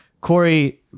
Corey